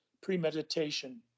premeditation